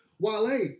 Wale